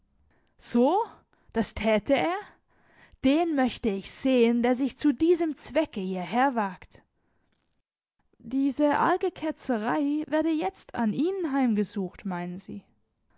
so das täte er den möchte ich sehen der sich zu diesem zwecke hierherwagt diese arge ketzerei werde jetzt an ihnen heimgesucht meinen sie